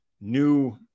new